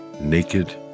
naked